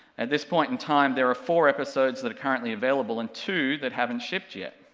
at this point in time there are four episodes that are currently available and two that haven't shipped yet,